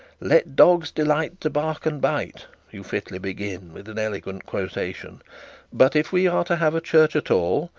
let dogs delight to bark and bite you fitly began with an elegant quotation but if we are to have a church at all,